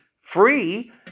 free